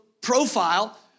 profile